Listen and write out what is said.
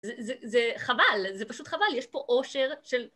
זה חבל, זה פשוט חבל, יש פה עושר של...